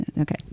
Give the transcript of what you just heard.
Okay